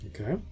Okay